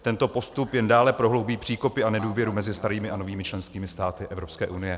Tento postup jen dále prohloubí příkopy a nedůvěru mezi starými a novými členskými státy Evropské unie.